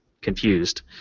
confused